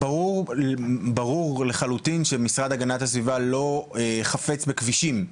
ברור לחלוטין שהמשרד להגנת הסביבה לא חפץ בכבישים.